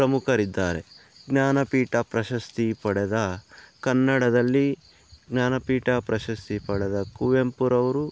ಪ್ರಮುಖರಿದ್ದಾರೆ ಜ್ಞಾನಪೀಠ ಪ್ರಶಸ್ತಿ ಪಡೆದ ಕನ್ನಡದಲ್ಲಿ ಜ್ಞಾನಪೀಠ ಪ್ರಶಸ್ತಿ ಪಡೆದ ಕುವೆಂಪುರವರು